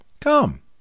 come